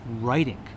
writing